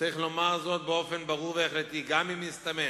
צריך לומר זאת באופן ברור והחלטי, גם אם מסתמן